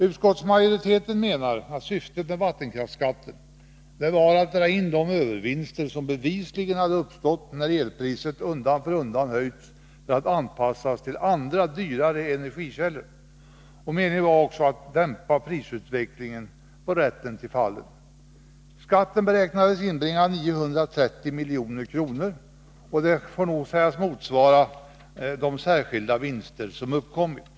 Utskottsmajoriteten menar att syftet med vattenkraftsskatten var att dra in de övervinster som bevisligen hade uppstått när elpriset undan för undan höjts för att anpassas till andra, dyrare energikällor. Avsikten var också att dämpa prisutvecklingen på rätten till fallen. Skatten beräknas inbringa 930 milj.kr., som nog får sägas motsvara de särskilda vinster som uppkommit.